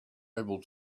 able